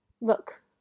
Look